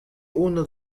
uno